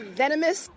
venomous